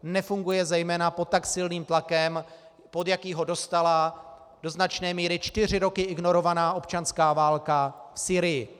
Nefunguje zejména pod tak silným tlakem, pod jaký ho dostala do značné míry čtyři roky ignorovaná občanská válka v Sýrii.